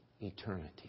eternity